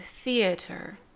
theater